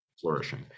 flourishing